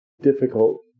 difficult